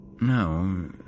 No